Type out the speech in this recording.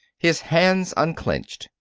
his hands unclenched.